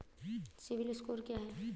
CIBIL score क्या है?